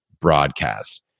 broadcast